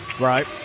Right